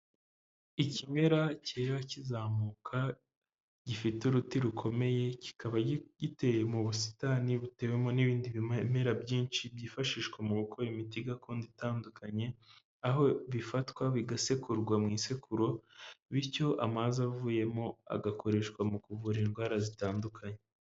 Ikimera cyera kizamuka, gifite uruti rukomeye, kikaba giteye mu busitani butewemo n'ibindi bimera byinshi byifashishwa mu gukora imiti gakondo itandukanye, aho bifatwa bigasekurwa mu isekuru, bityo amazi avuyemo agakoreshwa mu kuvura indwara zitandukanye.